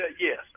Yes